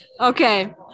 okay